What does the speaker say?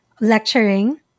lecturing